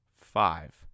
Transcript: five